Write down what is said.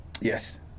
yes